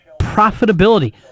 Profitability